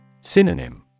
Synonym